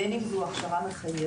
אנחנו מדברים על הכשרה מחייבת,